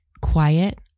quiet